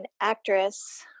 actress